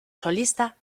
solista